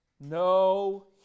no